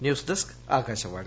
news desk Akashvani